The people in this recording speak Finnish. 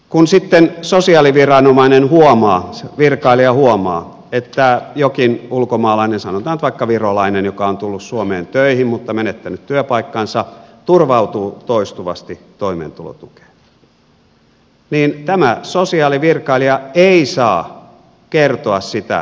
kun sitten sosiaaliviranomainen virkailija huomaa että joku ulkomaalainen sanotaan nyt vaikka virolainen joka on tullut suomeen töihin mutta menettänyt työpaikkansa turvautuu toistuvasti toimeentulotukeen niin tämä sosiaalivirkailija ei saa kertoa sitä oleskelulupaviranomaisille